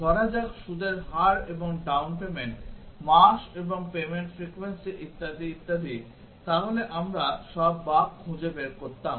ধরা যাক সুদের হার এবং ডাউন পেমেন্ট মাস এবং পেমেন্ট ফ্রিকোয়েন্সি ইত্যাদি ইত্যাদি তাহলে আমরা সব বাগ খুঁজে বের করতাম